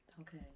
okay